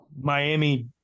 Miami